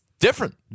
different